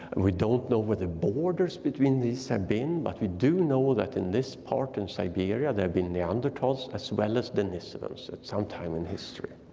we don't know where the borders between these have been but we do know that in this part in siberia, there had been neanderthals as well as denisovans at some time in history.